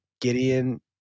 Gideon